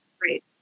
great